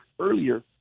earlier